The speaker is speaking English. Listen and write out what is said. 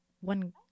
one